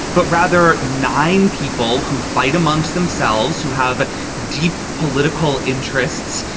but rather nine people who fight amongst themselves, who have deep political interests.